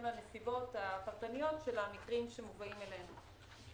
לנסיבות הפרטניות של המקרים שמובאים אלינו.